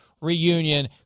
reunion